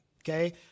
Okay